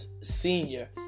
senior